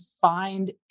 find